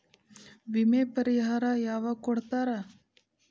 ವಿಮೆ ಪರಿಹಾರ ಯಾವಾಗ್ ಕೊಡ್ತಾರ?